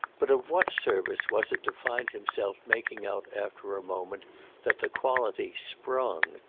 but of what service was it to find himself making out after a moment that the quality sprung,